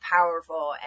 powerful